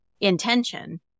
intention